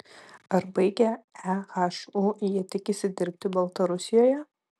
ar baigę ehu jie tikisi dirbti baltarusijoje